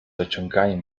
ociąganiem